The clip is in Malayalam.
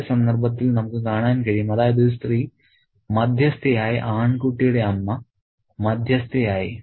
ആദ്യ സന്ദർഭത്തിൽ നമുക്ക് കാണാൻ കഴിയും അതായത് ഒരു സ്ത്രീ മധ്യസ്ഥയായി ആൺകുട്ടിയുടെ അമ്മ മധ്യസ്ഥയായി